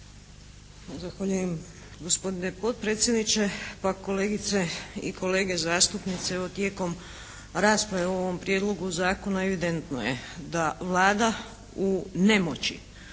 Zahvaljujem gospodine potpredsjedniče. Pa kolegice i kolege zastupnici, evo tijekom rasprave o ovom Prijedlogu zakona evidentno je da Vlada u nemoći